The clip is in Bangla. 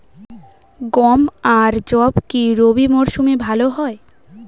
গম আর যব কি রবি মরশুমে ভালো হয়?